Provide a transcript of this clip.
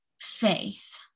faith